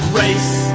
race